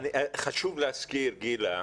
גילה,